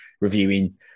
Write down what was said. reviewing